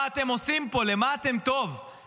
מה אתם עושים פה, למה אתם טובים?